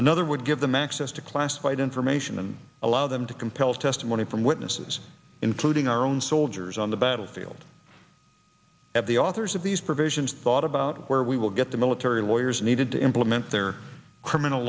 another would give them access to classified information and allow them to compel testimony from witnesses including our own soldiers on the battlefield have the authors of these provisions thought about where we will get the military lawyers needed to implement their criminal